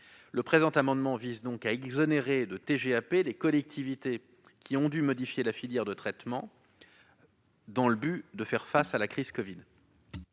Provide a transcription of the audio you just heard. Le présent amendement vise à exonérer de TGAP les collectivités qui ont dû modifier la filière de traitement, afin de faire face à la crise covid.